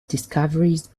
discoveries